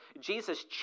Jesus